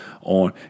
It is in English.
on